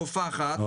תופחת,